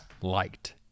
Liked